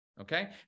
Okay